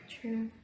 true